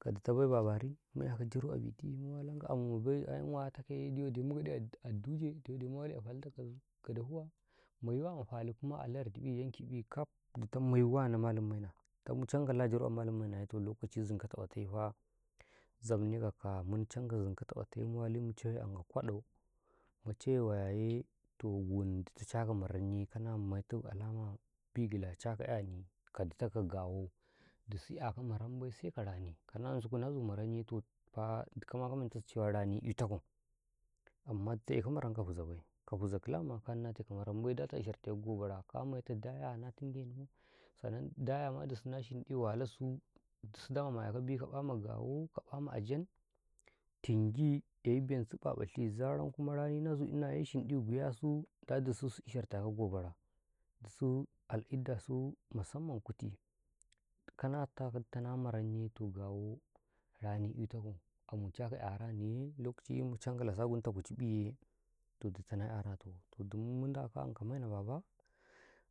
ka ditoh bai Babari mu kyako jaru abiti mu walanka amu mabai ayam waya takawye dawadi mu gaɗi a duje dawadi mu wali a falta gada guwa maiwa ma fali kuma a lardi, yanki'i kaf ditoh maiwa na malam maina tamu canko nda a jaru a malam mainaye lokacima zikkota watefe zabneka kai mumcanka zikkota kwateye mu wali mu wayaye wuntata caka maranye kana maita alam ma bigila caka kyani ka ditoh ka gawo dusu 'yako marambai seka rani ka nansuku nazu maramye tohfa dikama ka mentasi rani ita ko amma ditoh eko maram ka fizau bai ka fizau kilima ka ninate ka maram bai data ishartekaw gobara ka maita daya na tingenau sannan dayama dusu na bika ƃama gawa ka ƃama ajam tinge kyai binsu ƃaƃashi zaran kuma rani na inaye shinɗi guyasu dasu ishartakaw gobara dusu al'eddasu dasu ishartakaw gopbara dasu masamman kutu kanatakaw dita na maramye toh gawo rani etokaw amu caka kyaraniye lokaci ƃim mu cankaw lasa gunta kuciƃiye toh ditoh na kyaratoh toh dumum mu ndako a ankaw maina Baba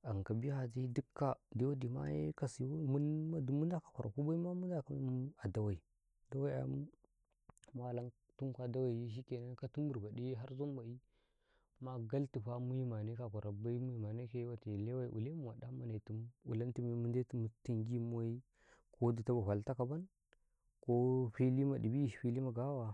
ankaw biyaje dikka dawadi maye ka siyo mumma dumma ndako a kwarku baima mu ndako a dawe, dawe ayam mu walam tumkum a daweye shikenan katim burbaɗiye har zomba'i ma galtufa mu yumaneko a kwaro bai mu yumanekaye ma wate lewe ilemu waɗa manetum ilantinye mu tingi muwai ko ditoh boh falita kabon ko filima ɗibi filima gawa.